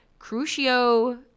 Crucio